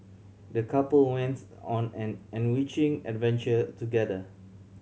the couple wents on an enriching adventure together